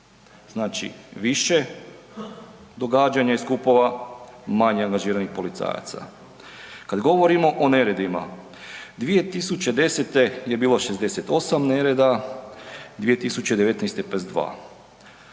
znači više događanja i skupova manje angažiranih policajaca. Kad govorimo o neredima 2010. je bilo 68 nereda, 2019. 52,